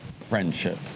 friendship